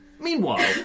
Meanwhile